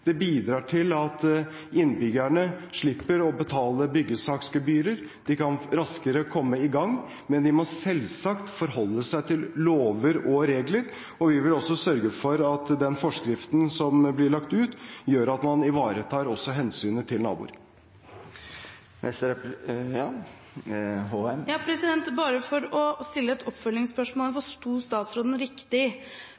Det bidrar til at innbyggerne slipper å betale byggesaksgebyrer, de kan raskere komme i gang, men de må selvsagt forholde seg til lover og regler, og vi vil også sørge for at den forskriften som blir lagt ut, gjør at man ivaretar hensynet til naboer. Bare for å stille et oppfølgingsspørsmål